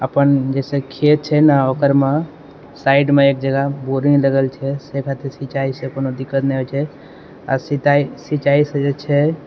अपन जैसे खेत छै ने ओकर साइडमे एक जगह बोडिङ्ग लगल छै से खातिर सिञ्चाइसँ कोनो दिक्कत नहि होइ छै आओर सिताइ सिञ्चाइसँ जे छै